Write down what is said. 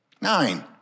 Nine